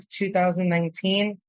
2019